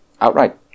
outright